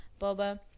boba